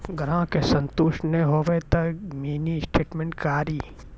ग्राहक के संतुष्ट ने होयब ते मिनि स्टेटमेन कारी?